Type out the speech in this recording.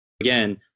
Again